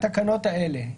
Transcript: ומהתקנות האלה,